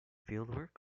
fieldwork